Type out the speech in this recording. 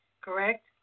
correct